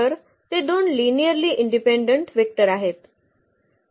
तर ते 2 linearly independent vector आहेत